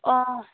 অঁ